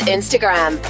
Instagram